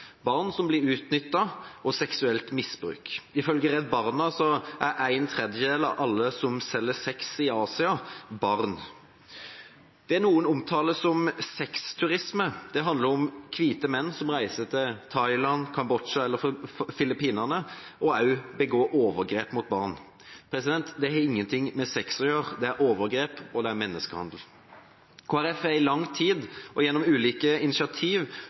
barn som blir utnyttet og seksuelt misbrukt. Ifølge Redd Barna er en tredjedel av alle som selger sex i Asia, barn. Det noen omtaler som sex-turisme, handler om hvite menn som reiser til Thailand, Kambodsja eller Filippinene og begår overgrep mot barn. Det har ingenting med sex å gjøre, det er overgrep, og det er menneskehandel. Kristelig Folkeparti har i lang tid, gjennom ulike initiativ